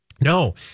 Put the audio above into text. no